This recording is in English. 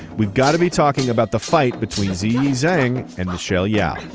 we've gotta be talking about the fight between ziyi zhang and michelle yeah